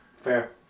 Fair